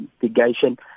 investigation